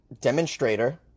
demonstrator